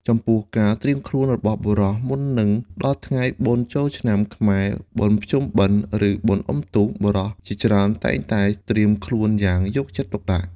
ចំពោះការត្រៀមខ្លួនរបស់បុរស មុននឹងដល់ថ្ងៃបុណ្យចូលឆ្នាំ ខ្មែរ បុណ្យភ្ជុំបិណ្ឌ ឬបុណ្យអុំទូក បុរសជាច្រើនតែងតែត្រៀមខ្លួនយ៉ាងយកចិត្តទុកដាក់។